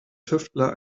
tüftler